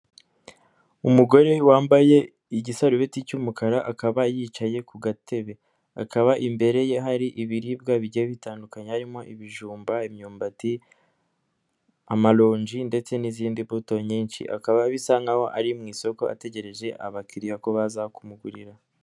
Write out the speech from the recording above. Umugore wambaye igisarubiti cy'umukara akaba yicaye ku gatebe, akaba imbere ye hari ibiribwa bigiye bitandukanya harimo ibijumba, imyumbati, amaronji ndetse n'izindi mbuto nyinshi akaba bisa nkaho ari mu isoko ategereje abakiriya ko baza kumugurira.